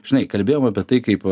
žinai kalbėjom apie tai kaip